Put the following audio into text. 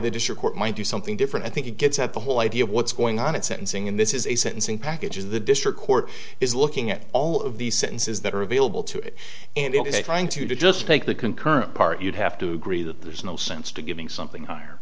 that is your court might do something different i think it gets at the whole idea of what's going on in sensing in this is a sentencing package is the district court is looking at all of the sentences that are available to it and trying to just take the concurrent part you'd have to agree that there's no sense to giving something higher